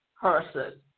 person